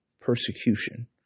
persecution